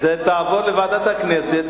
היא תעבור לוועדת הכנסת,